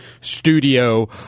studio